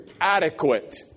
adequate